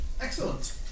Excellent